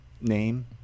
name